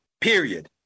period